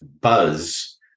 buzz